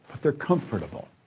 but they're comfortable.